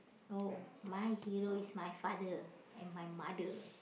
oh my hero is my father and my mother